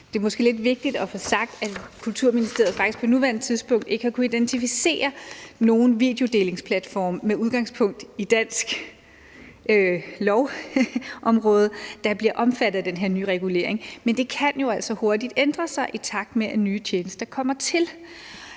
Det er måske lidt vigtigt at få sagt, at Kulturministeriet faktisk på nuværende tidspunkt ikke med udgangspunkt i dansk lovområde har kunnet identificere nogen videodelingsplatforme, der bliver omfattet af den her nye regulering, men det kan jo altså hurtigt ændre sig, i takt med at nye tjenester kommer til.